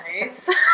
nice